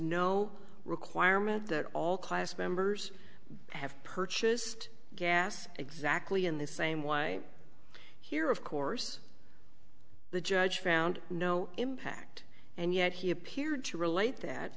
no requirement that all class members have purchased gas exactly in the same way here of course the judge found no impact and yet he appeared to relate that